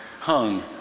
hung